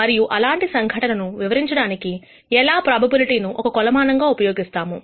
మరియు అలాంటి సంఘటన వివరించడానికి ఎలా ప్రాబబిలిటీ ను ఒక కొలమానంగా ఎలా ఉపయోగిస్తాము